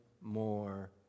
more